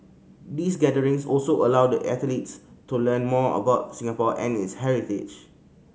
these gatherings also allow the athletes to learn more about Singapore and its heritage